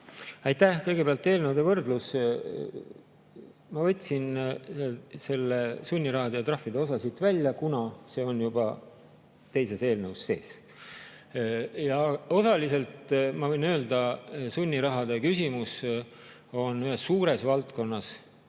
Aitäh! Kõigepealt eelnõude võrdlus. Ma võtsin selle sunniraha ja trahvide osa siit välja, kuna see on juba teises eelnõus sees. Ja osaliselt, ma võin öelda, sunniraha küsimus on ühes suures valdkonnas,